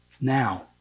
now